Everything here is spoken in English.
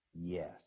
Yes